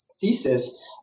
thesis